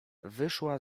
wyszła